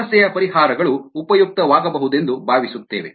ಸಮಸ್ಯೆಯ ಪರಿಹಾರಗಳು ಉಪಯುಕ್ತವಾಗಬಹುದೆಂದು ಭಾವಿಸುತ್ತೇವೆ